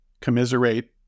commiserate